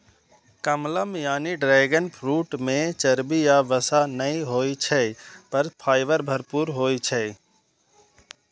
कमलम यानी dragon fruit मे चर्बी या वसा नै होइ छै, पर फाइबर भरपूर होइ छै